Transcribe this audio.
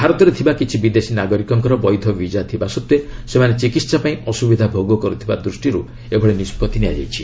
ଭାରତରେ ଥିବା କିଛି ବିଦେଶୀ ନାଗରିକଙ୍କର ବୈଧ ଭିଜା ଥିବା ସତ୍ତ୍ୱେ ସେମାନେ ଚିକିତ୍ସା ପାଇଁ ଅସୁବିଧା ଭୋଗ କରୁଥିବା ଯୋଗୁଁ ଏଭଳି ନିଷ୍ପତ୍ତି ନିଆଯାଇଛି